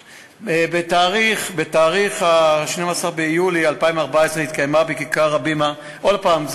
בתאריך 12 ביולי 2014 התקיימה בכיכר "הבימה" עוד הפעם,